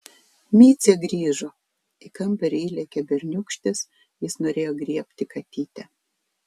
micė grįžo į kambarį įlėkė berniūkštis jis norėjo griebti katytę